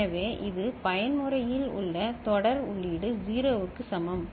எனவே இது பயன்முறையில் உள்ள தொடர் உள்ளீடு 0 க்கு சமம்